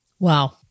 Wow